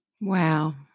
wow